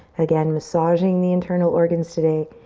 again, massaging the internal organs today.